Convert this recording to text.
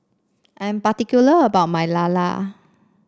I'm particular about my lala